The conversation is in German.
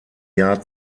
jahr